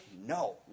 No